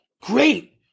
great